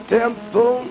temple